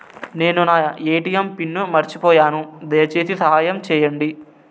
నేను నా ATM pin మర్చిపోయాను, దయచేసి సహాయం చేయండి